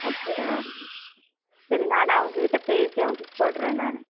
அப்படியா சரி நான் அவங்கக்கிட்ட பேசி அவங்கக்கிட்ட சொல்கிறேன் நான்